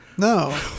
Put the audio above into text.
No